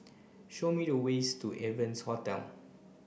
show me the ways to Evans Hostel